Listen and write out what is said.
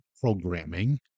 programming